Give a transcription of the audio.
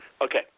Okay